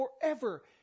forever